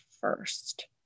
first